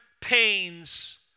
pains